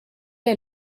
est